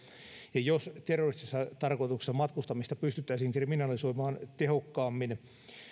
ja jos terroristisessa tarkoituksessa matkustamista pystyttäisiin kriminalisoimaan tehokkaammin